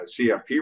CFP